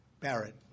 Barrett